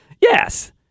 Yes